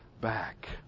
back